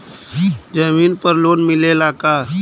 जमीन पर लोन मिलेला का?